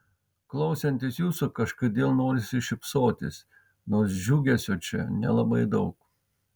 klausantis jūsų kažkodėl norisi šypsotis nors džiugesio čia nelabai daug